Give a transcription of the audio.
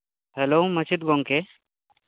hello ᱢᱟᱪᱮᱫ ᱜᱚᱝᱠᱮ